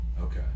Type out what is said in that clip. Okay